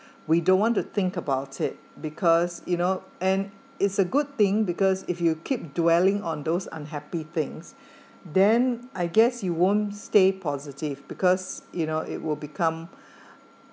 we don't want to think about it because you know and it's a good thing because if you keep dwelling on those unhappy things then I guess you won't stay positive because you know it will become